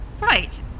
Right